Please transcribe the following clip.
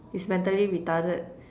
it's mentally retarded